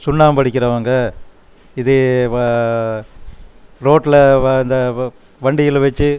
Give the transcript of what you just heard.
சுண்ணாம்படிக்கிறவங்க இதே ரோட்டில் இந்த வண்டிகளை வச்சு